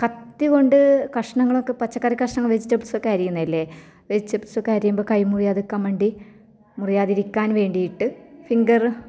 കത്തികൊണ്ട് കഷ്ണങ്ങളൊക്കെ പച്ചക്കറി കഷ്ണങ്ങൾ വെജിറ്റബിൾസ് ഒക്കെ അരിയുന്നതല്ലേ വെജിറ്റബിൾസ് ഒക്കെ അരിയുമ്പോൾ കൈ മുറിയാതിക്കാൻ വേണ്ടി മുറിയാതിരിക്കാൻ വേണ്ടിയിട്ട് ഫിംഗർ